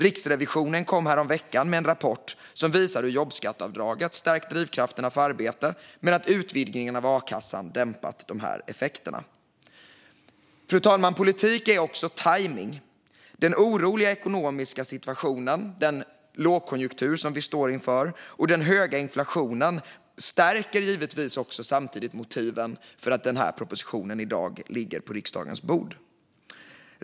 Riksrevisionen kom häromveckan med en rapport som visar att jobbskatteavdraget har stärkt drivkrafterna för arbete men att utvidgningen av a-kassan har dämpat dessa effekter. Fru talman! Politik är också tajmning. Den oroliga ekonomiska situationen, lågkonjunkturen som vi står inför och den höga inflationen stärker givetvis motiven till att denna proposition i dag ligger på riksdagens bord.